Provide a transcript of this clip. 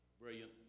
brilliant